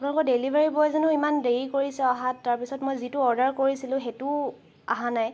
আপোনালোকৰ ডেলিভাৰি বয়জনেও ইমান দেৰি কৰিছে অহাত তাৰপিছত মই যিটো অৰ্ডাৰ কৰিছিলোঁ সেইটোও অহা নাই